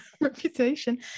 reputation